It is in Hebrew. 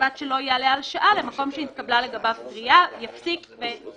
ובלבד שלא יעלה על שעה למקום שנתקבלה לגביו קריאה," והיתר.